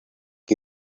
you